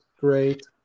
great